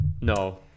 No